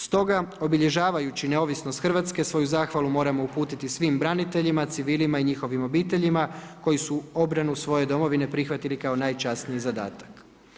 Stoga obilježavajući neovisnost Hrvatske, svoju zahvalu moramo uputiti svim braniteljima, civilima i njihovim obiteljima koji su obranu svoje domovine prihvatili kao najčasniji zadatak.